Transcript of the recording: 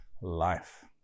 life